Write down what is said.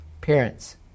parents